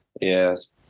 Yes